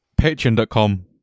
Patreon.com